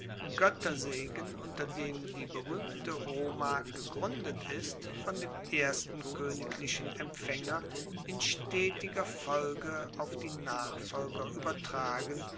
goettersegen unter dem die beruehmte roma gegruendet ist von dem ersten koeniglichen empfaenger in stetiger folge auf die nachfolger uebertragen